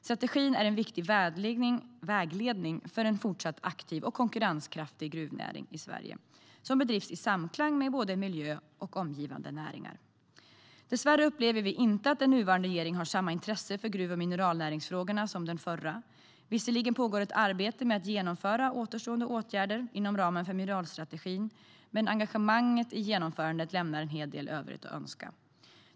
Strategin är en viktig vägledning för en fortsatt aktiv och konkurrenskraftig gruvnäring i Sverige som bedrivs i samklang med både miljö och omgivande näringar. Dessvärre upplever vi inte att den nuvarande regeringen har samma intresse för gruv och mineralnäringsfrågorna som den förra regeringen. Visserligen pågår ett arbete med att genomföra återstående åtgärder inom ramen för mineralstrategin, men engagemanget i genomförandet lämnar en hel del i övrigt att önska.